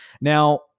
Now